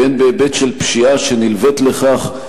והן בהיבט של פשיעה שנלווית לכך,